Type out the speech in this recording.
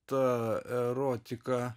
ta erotika